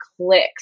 clicks